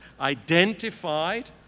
identified